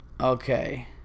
Okay